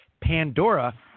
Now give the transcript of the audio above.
Pandora